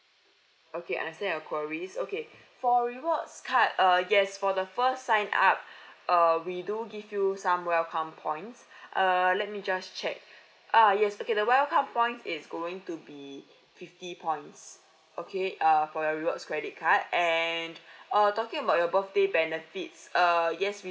okay understand your queries okay for rewards card uh yes for the first sign up uh we do give you some welcome points err let me just check uh yes okay the welcome points is going to be fifty points okay err for the rewards credit card and uh talking about your birthday benefits uh yes we